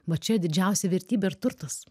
va čia didžiausia vertybė ir turtas